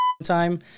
time